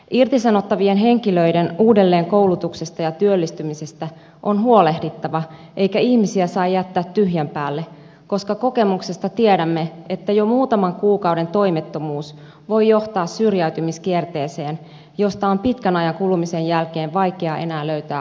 irtisanottavien henkilöiden uudelleenkoulutuksesta ja työllistymisestä on huolehdittava eikä ihmisiä saa jättää tyhjän päälle koska kokemuksesta tiedämme että jo muutaman kuukauden toimettomuus voi johtaa syrjäytymiskierteeseen josta on pitkän ajan kulumisen jälkeen vaikea enää löytää ulospääsytietä